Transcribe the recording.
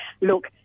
look